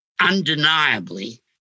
undeniably